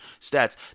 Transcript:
stats